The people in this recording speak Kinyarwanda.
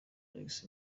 alex